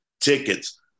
tickets